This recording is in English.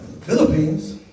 Philippines